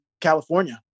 California